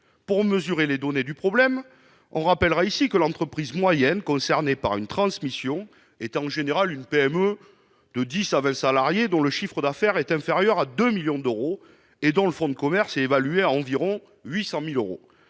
Pour mesurer les données du problème, on rappellera ici que l'entreprise moyenne concernée par une transmission est en général une PME de 10 à 20 salariés, dont le chiffre d'affaires est inférieur à 2 millions d'euros et dont le fonds de commerce est évalué à environ 800 000 euros.